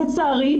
לצערי,